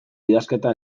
idazketa